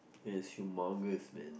it is humongous man